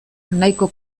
nahiko